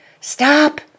Stop